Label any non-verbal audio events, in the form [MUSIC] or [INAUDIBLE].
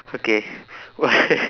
okay why [LAUGHS]